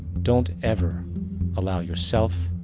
don't ever allow yourself,